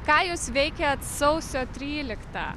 ką jūs veikėt sausio tryliktą